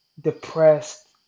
depressed